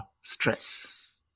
stress